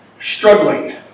struggling